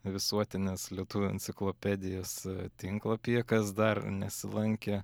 visuotinės lietuvių enciklopedijos tinklapyje kas dar nesilankė